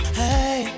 hey